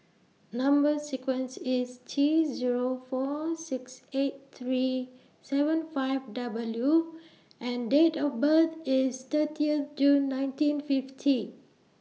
Number sequence IS T Zero four six eight three seven five W and Date of birth IS thirtieth June nineteen fifty